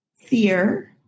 fear